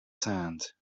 sand